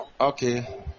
Okay